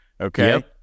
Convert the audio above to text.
Okay